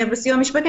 בסיוע המשפטי,